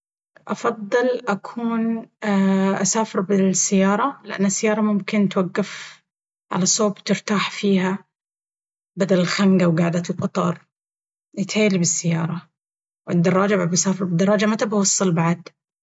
أفضل أكون اسافر بالسيارة لأن السيارة ممكن توقف على صوب وترتاح فيها بدل الخنقة وقعدة القطار.. يتهيأ لي بالسيارة... الدراجة بعد بسافر بالدراجة متى بوصل بعد؟